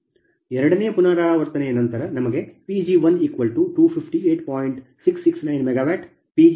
ಎರಡನೇ ಪುನರಾವರ್ತನೆಯ ನಂತರ ನಮಗೆ Pg1 258